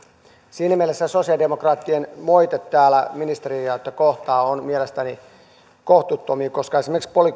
siinä mielessä sosialidemokraattien moite täällä ministeriötä kohtaan on mielestäni kohtuuton koska esimerkiksi